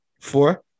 Four